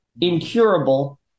incurable